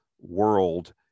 world